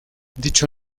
dicho